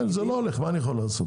זה לא הולך, מה אני יכול לעשות?